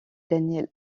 daniel